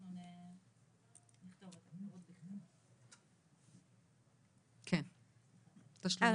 8ג. תשלומי הרשות.